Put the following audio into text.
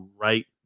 right